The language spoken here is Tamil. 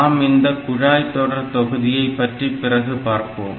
நாம் இந்த குழாய்தொடர்தொகுதியை பற்றி பிறகு பார்ப்போம்